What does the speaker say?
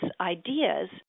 ideas